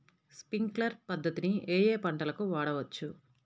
Sprinkler పద్ధతిని ఏ ఏ పంటలకు వాడవచ్చు?